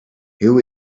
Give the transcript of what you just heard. who